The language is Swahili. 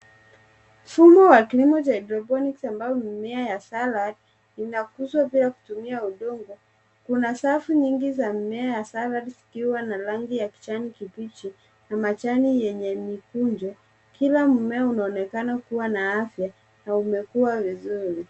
Mfumo wa kilimo cha hydroponic ambapo mimea ya salad inakuzwa bila kutumia udongo. Kuna safu nyingi za mimea ya salad zikiwa na rangi ya kijani kibichi na majani yenye mikunjo. Kila mmea unaonekana kuwa na afya na umekua vizuri.